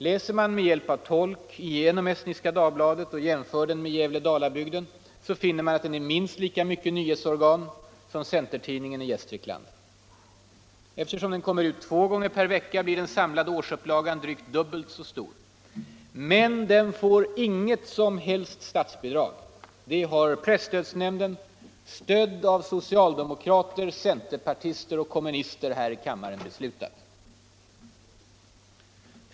Läser man igenom Estniska Dagbladet och jämför den med Gävle-Dalabygden finner man att den är minst lika mycket nyhetsorgan som centertidningen i Gästrikland. Eftersom Estniska Dagbladet kommer ut två gånger per vecka blir dess samlade årsupplaga drygt dubbelt så stor som centertidningens. Men den får inget som helst bidrag — det har presstödsnämnden stödd av socialdemokrater, centerpartister och kommunister här i kammaren beslutat.